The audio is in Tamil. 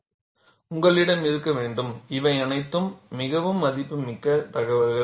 உங்களுக்கு தெரியும் உங்களிடம் இருக்க வேண்டும் இவை அனைத்தும் மிகவும் மதிப்புமிக்க தகவல்கள்